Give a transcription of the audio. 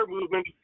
movement